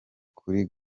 kuri